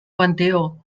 panteó